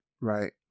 right